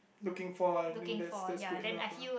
looking for I think that's that's good enough lah